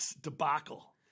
debacle